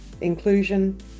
inclusion